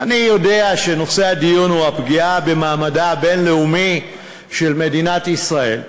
אני יודע שנושא הדיון הוא הפגיעה במעמדה הבין-לאומי של מדינת ישראל,